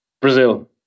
Brazil